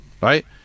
right